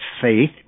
faith